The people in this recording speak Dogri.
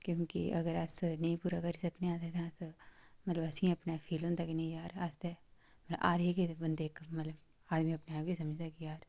क्योंकि अगर अस जेकर नेईं पूरा करी सकनें आं ते अस मतलब असेंगी फील होंदा कि नेईं यार हारे गेदे बंदे इक मतलब आदमी अपने आप गी समझदा की यार